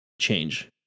change